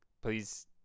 Please